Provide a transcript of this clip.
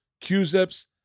q-zips